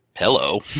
hello